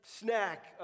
snack